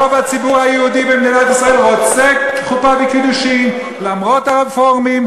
רוב הציבור היהודי במדינת ישראל רוצה חופה וקידושין למרות הרפורמים,